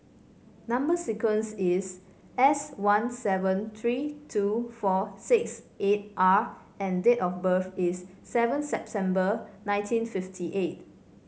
number sequence is S one seven three two four six eight R and date of birth is seven September nineteen fifty eight